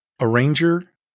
arranger